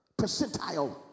percentile